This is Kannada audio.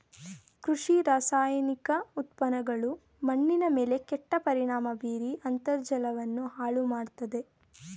ಕೃಷಿ ರಾಸಾಯನಿಕ ಉತ್ಪನ್ನಗಳು ಮಣ್ಣಿನ ಮೇಲೆ ಕೆಟ್ಟ ಪರಿಣಾಮ ಬೀರಿ ಅಂತರ್ಜಲವನ್ನು ಹಾಳು ಮಾಡತ್ತದೆ